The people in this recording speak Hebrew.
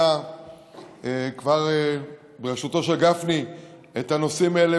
הכינה כבר את הנושאים האלה,